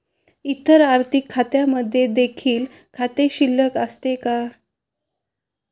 इतर आर्थिक खात्यांमध्ये देखील खाते शिल्लक असते का?